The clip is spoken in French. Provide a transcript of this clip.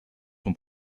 son